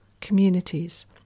communities